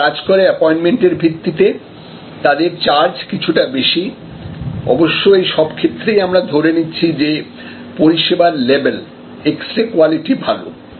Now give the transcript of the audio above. তারা কাজ করে অ্যাপোয়েন্টমেন্ট এর ভিত্তিতে তাদের চার্জ কিছুটা বেশি অবশ্য এই সব ক্ষেত্রেই আমরা ধরে নিচ্ছি যে পরিষেবার লেভেল x ray কোয়ালিটি ভালো